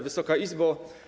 Wysoka Izbo!